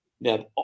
Now